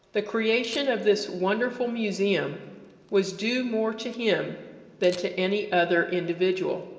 the creation of this wonderful museum was due more to him than to any other individual.